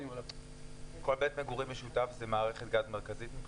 כל בית מגורים משותף זה מערכת גז מרכזית?